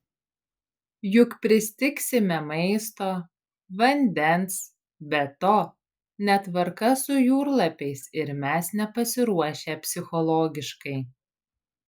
juk pristigsime maisto vandens be to netvarka su jūrlapiais ir mes nepasiruošę psichologiškai